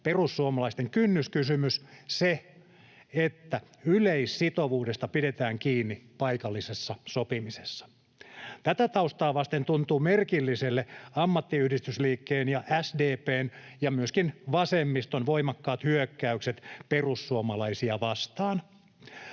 perussuomalaisten kynnyskysymys, se, että yleissitovuudesta pidetään kiinni paikallisessa sopimisessa. Tätä taustaa vasten tuntuvat merkillisille ammattiyhdistysliikkeen ja SDP:n ja myöskin vasemmiston voimakkaat hyökkäykset perussuomalaisia vastaan.